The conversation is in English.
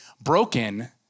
broken